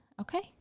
okay